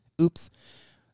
Oops